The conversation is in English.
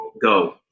go